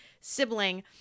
sibling